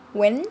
when